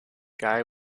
guy